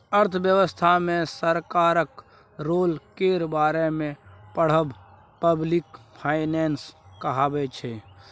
अर्थव्यवस्था मे सरकारक रोल केर बारे मे पढ़ब पब्लिक फाइनेंस कहाबै छै